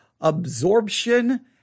absorption